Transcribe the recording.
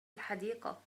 الحديقة